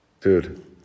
Dude